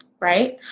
Right